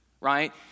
right